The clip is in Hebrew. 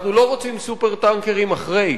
אנחנו לא רוצים "סופר-טנקרים" אחרי,